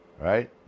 Right